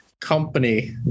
company